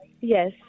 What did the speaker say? Yes